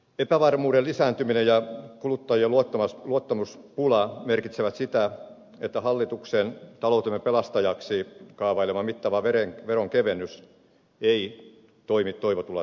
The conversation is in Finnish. epävarmuuden lisääntyminen ja kuluttajien luottamuspula merkitsevät sitä että hallituksen taloutemme pelastajaksi kaavailema mittava veronkevennys ei toimi toivotulla tavalla